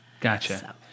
Gotcha